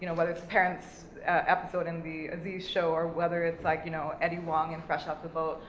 you know what his parents episode in the aziz show, or whether it's like, you know, eddie huang in fresh off the boat?